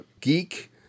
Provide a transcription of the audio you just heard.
geek